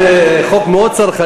כבוד השר, זה חוק מאוד צרכני,